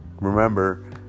remember